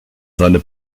seine